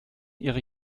ihre